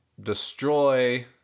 destroy